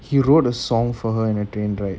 he wrote a song for her in the train ride